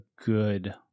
good